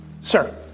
Sir